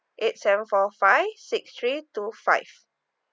eight seven four five six three two five